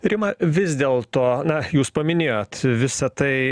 rima vis dėlto na jūs paminėjot visa tai